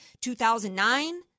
2009